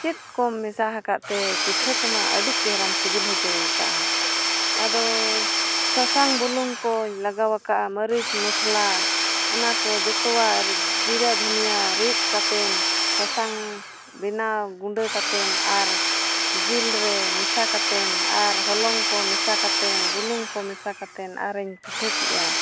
ᱪᱮᱫᱠᱚᱢ ᱢᱮᱥᱟ ᱟᱠᱟᱫᱛᱮ ᱯᱤᱴᱷᱟᱹ ᱠᱚᱢᱟ ᱟᱹᱰᱤ ᱪᱮᱦᱨᱟᱢ ᱥᱤᱵᱤᱞ ᱦᱚᱪᱚ ᱟᱠᱟᱫᱟ ᱟᱫᱚ ᱥᱟᱥᱟᱝ ᱵᱩᱞᱩᱝ ᱠᱚᱧ ᱞᱟᱜᱟᱣ ᱟᱠᱟᱫᱟ ᱢᱟᱹᱨᱤᱪ ᱢᱚᱥᱞᱟ ᱚᱱᱟᱠᱚ ᱡᱚᱛᱚᱣᱟᱜ ᱡᱤᱨᱟᱹ ᱫᱷᱩᱱᱤᱭᱟᱹ ᱨᱤᱫ ᱠᱟᱛᱮᱫ ᱥᱟᱥᱟᱝ ᱵᱮᱱᱟᱣ ᱜᱩᱰᱟᱹ ᱠᱟᱛᱮᱫ ᱟᱨ ᱡᱤᱞᱨᱮ ᱢᱮᱥᱟ ᱠᱟᱛᱮᱫ ᱟᱨ ᱦᱚᱞᱚᱝ ᱠᱚ ᱢᱮᱥᱟ ᱠᱟᱛᱮᱫ ᱵᱩᱞᱩᱝ ᱠᱚ ᱢᱮᱥᱟ ᱠᱟᱛᱮᱫ ᱟᱨᱤᱧ ᱯᱤᱴᱷᱟᱹ ᱠᱮᱫᱼᱟ